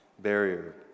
barrier